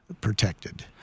protected